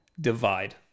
divide